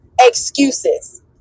excuses